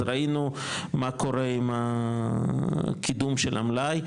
אז ראינו מה קורה עם הקידום של המלאי,